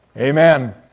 Amen